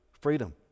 freedom